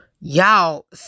Y'all